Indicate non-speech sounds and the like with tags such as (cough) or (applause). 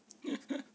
(laughs)